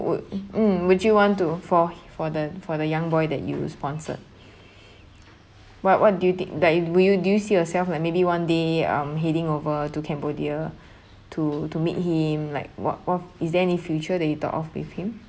would mm would you want to for for the for the young boy that you sponsored what what do you think that will you do you see yourself like maybe one day um heading over to cambodia to to meet him like what what is there any future that you talk off with him